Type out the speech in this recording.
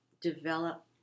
develop